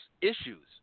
issues